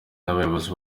n’abayobozi